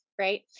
right